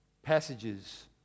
passages